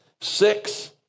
Six